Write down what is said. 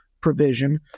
provision